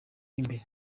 imbere